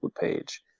page